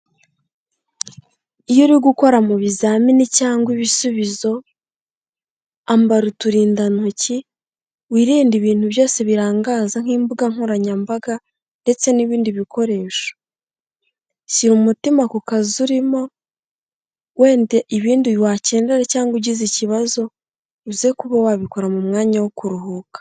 Iyo uri gukora mu bizamini cyangwa ibisubizo, ambara uturindantoki, wirinde ibintu byose birangaza nk'imbuga nkoranyambaga ndetse n'ibindi bikoresho. Shyira umutima ku kazi urimo, wenda ibindi wakenera cyangwa ugize ikibazo, uze kuba wabikora mu mwanya wo kuruhuka.